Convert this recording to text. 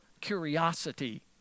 curiosity